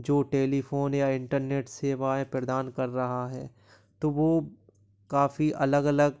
जो टेलीफ़ोन या इंटरनेट सेवाएँ प्रदान कर रहा है तो वो काफ़ी अलग अलग